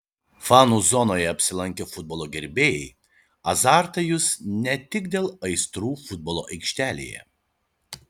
fanų zonoje apsilankę futbolo gerbėjai azartą jus ne tik dėl aistrų futbolo aikštėje